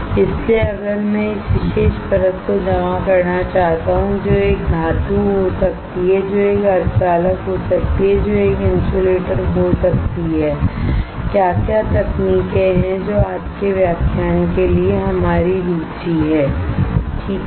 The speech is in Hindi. इसलिए अगर मैं इस विशेष परत को जमा करना चाहता हूं जो एक धातु हो सकती है जो एक सेमीकंडक्टर हो सकती है जो एक इन्सुलेटर हो सकती है क्या क्या तकनीके है जो आज के व्याख्यान के लिए हमारी रुचि है ठीक है